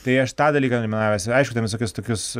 tai aš tą dalyką eliminavęs aišku ten visokius tokius